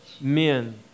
men